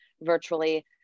virtually